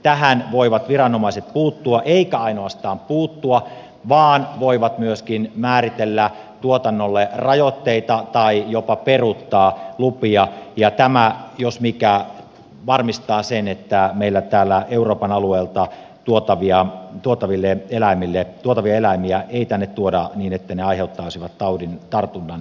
tähän voivat viranomaiset puuttua eivätkä ainoastaan puuttua vaan voivat myöskin määritellä tuotannolle rajoitteita tai jopa peruuttaa lupia ja tämä jos mikä varmistaa sen että euroopan alueelta tuotavia eläimiä ei tänne meille tuoda niin että ne aiheuttaisivat taudin tartunnan vaaraa